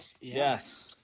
Yes